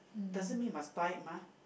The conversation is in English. doesn't mean must buy it mah